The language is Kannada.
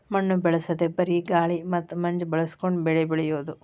ಮಣ್ಣು ಬಳಸದೇ ಬರೇ ಗಾಳಿ ಮತ್ತ ಮಂಜ ಬಳಸಕೊಂಡ ಬೆಳಿ ಬೆಳಿಯುದು